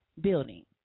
building